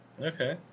Okay